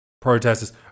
protesters